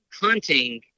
hunting